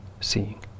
seeing